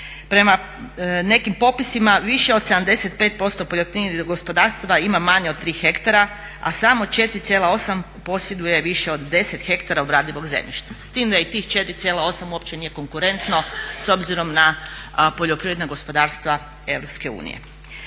Prema nekim popisima više od 75% poljoprivrednih gospodarstava ima manje od 3 ha, a samo 4,8 u posjedu je više od 10 ha obradivog zemljišta s tim da i tih 4,8 uopće nije konkurentno s obzirom na poljoprivredna gospodarstva EU.